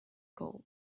gold